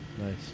Nice